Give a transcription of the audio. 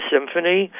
Symphony